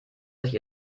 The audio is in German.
sich